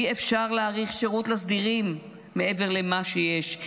אי-אפשר להאריך שירות לסדירים מעבר למה שיש.